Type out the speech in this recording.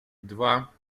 два